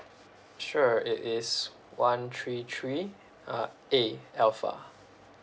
sure it is one three three uh A alpha